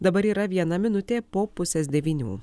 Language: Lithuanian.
dabar yra viena minutė po pusės devynių